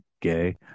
gay